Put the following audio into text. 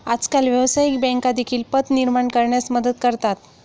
आजकाल व्यवसायिक बँका देखील पत निर्माण करण्यास मदत करतात